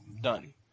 Done